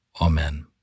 Amen